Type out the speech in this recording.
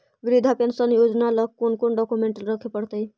वृद्धा पेंसन योजना ल कोन कोन डाउकमेंट रखे पड़तै?